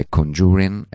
Conjuring